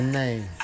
name